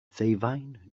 ddeufaen